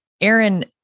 Aaron